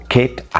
Kate